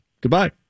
Goodbye